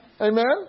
Amen